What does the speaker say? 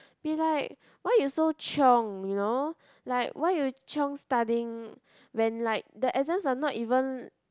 be like why you so chiong you know like why you chiong studying when like the exams are not even